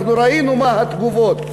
אנחנו ראינו מה התגובות,